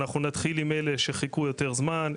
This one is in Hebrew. אנחנו נתחיל עם אלו שחיכו הרבה יותר זמן,